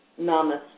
Namaste